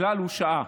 הכלל הוא שעה,